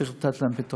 צריך לתת לה פתרון,